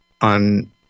On